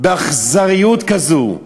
באכזריות כזו.